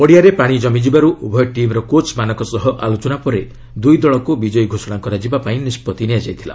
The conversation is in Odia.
ପଡ଼ିଆରେ ପାଣି କମିଯିବାରୁ ଉଭୟ ଟିମ୍ର କୋଚ୍ମାନଙ୍କ ସହ ଆଲୋଚନା ପରେ ଦୁଇ ଦଳଙ୍କୁ ବିଜୟୀ ଘୋଷଣା କରାଯିବାପାଇଁ ନିଷ୍ପଭି ନିଆଯାଇଥିଲା